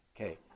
Okay